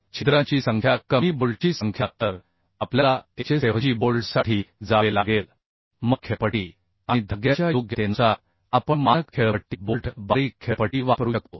छिद्रांची संख्या कमी बोल्टची संख्या तर आपल्याला HSFG बोल्टसाठी जावे लागेल मग पीच आणि धाग्याच्या योग्यतेनुसार आपण मानक पीच बोल्ट बारीक पीच वापरू शकतो